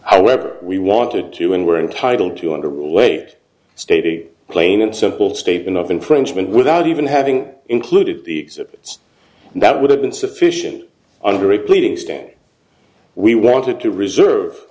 whether we wanted to and were entitled to under weight stated plain and simple statement of infringement without even having included the exhibits that would have been sufficient under a pleading stand we wanted to reserve